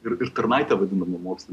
ir ir tarnaitė vadinama mokslų